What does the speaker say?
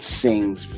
sings